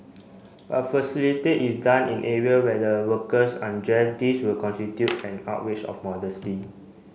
but it done in area where the workers undresses this would constitute an outrage of modesty